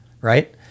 Right